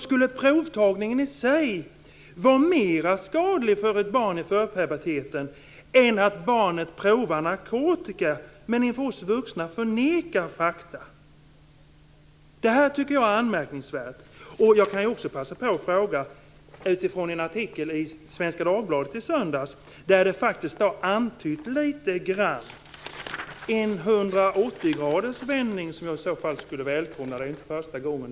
Skulle provtagningen i sig vara mer skadlig för ett barn i förpuberteten än att barnet provar narkotika och de vuxna förnekar fakta? Det här tycker jag är anmärkningsvärt. Jag kan också passa på att fråga utifrån en artikel i Svenska Dagbladet i söndags, där det faktiskt litet grand står antytt en 180-gradersvändning, som jag skulle välkomna. Det är inte första gången.